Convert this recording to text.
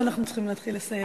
אבל אנחנו צריכים להתחיל לסיים.